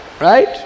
Right